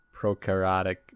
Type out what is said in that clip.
prokaryotic